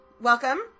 welcome